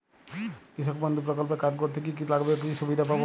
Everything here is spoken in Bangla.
কৃষক বন্ধু প্রকল্প কার্ড করতে কি কি লাগবে ও কি সুবিধা পাব?